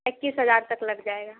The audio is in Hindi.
इक्कीस हज़ार तक लग जाएगा